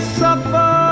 suffer